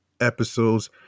episodes